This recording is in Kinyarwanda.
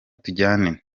tujyane